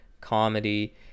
comedy